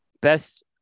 Best